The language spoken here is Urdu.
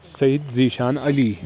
سعید ذیشان علی